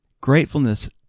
Gratefulness